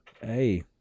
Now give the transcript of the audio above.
Hey